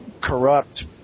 corrupt